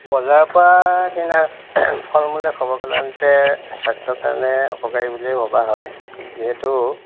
বজাৰৰ পৰা কিনা ফল মূলে সৰ্বসাধৰণতে স্বাস্থ্যৰ কাৰণে অপকাৰী বুলিয়েই ভবা হয় যিহেতু